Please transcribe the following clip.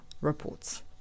reports